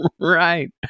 right